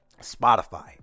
Spotify